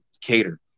Cater